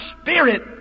Spirit